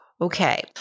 Okay